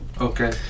Okay